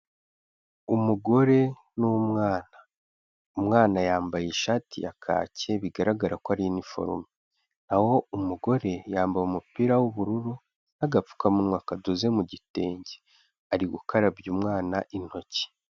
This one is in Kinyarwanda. Umugore n'umwana, umwana yambaye ishati ya kaki bigaragara ko ari iniforume, na ho umugore yambaye umupira w'ubururu n'agapfukamunwa kadoze mu gitenge, ari gukarabya umwana intoki.